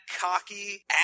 cocky